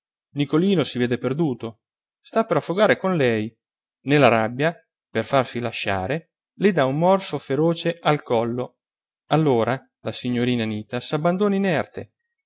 nicolino si vede perduto sta per affogare con lei nella rabbia per farsi lasciare le dà un morso feroce al collo allora la signorina anita s'abbandona inerte